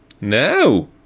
no